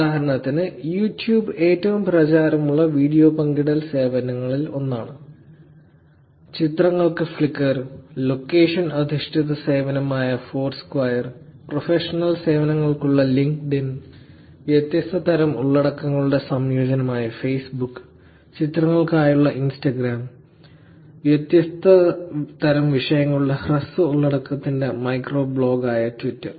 ഉദാഹരണത്തിന് യൂട്യൂബ് ഏറ്റവും പ്രചാരമുള്ള വീഡിയോ പങ്കിടൽ സേവനങ്ങളിൽ ഒന്നാണ് ചിത്രങ്ങൾക്ക് ഫ്ലിക്കർ ലൊക്കേഷൻ അധിഷ്ഠിത സേവനമായ ഫോർസ്ക്വയർ പ്രൊഫഷണൽ സേവനങ്ങൾക്കുള്ള ലിങ്ക്ഡ്ഇൻ വ്യത്യസ്ത തരം ഉള്ളടക്കങ്ങളുടെ സംയോജനമായ ഫേസ്ബുക്ക് ചിത്രങ്ങൾക്കായുള്ള ഇൻസ്റ്റാഗ്രാം വ്യത്യസ്ത തരം വിഷയങ്ങളുടെ ഹ്രസ്വ ഉള്ളടക്കത്തിന്റെ മൈക്രോ ബ്ലോഗ് ആയ ട്വിറ്റർ